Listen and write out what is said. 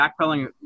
backpedaling